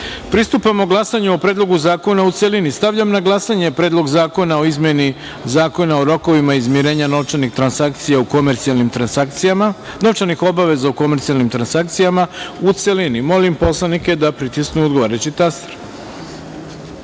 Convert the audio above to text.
glasanju o Predlogu zakona u celini. Stavljam na glasanje Predlog zakona o izmeni Zakona o rokovima izmirenja novčanih obaveza u komercijalnim transakcijama, u celini. Molim poslanike da pritisnu odgovarajući